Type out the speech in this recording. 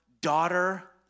daughter